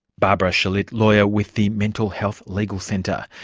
barbara shalit, lawyer with the mental health legal centre.